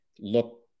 look